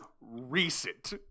recent